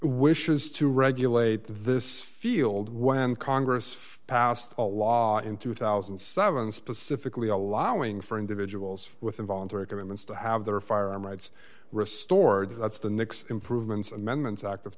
wishes to regulate this field when congress passed a law in two thousand and seven specifically allowing for individuals with involuntary commitments to have their firearm rights restored that's the nics improvements amendments act of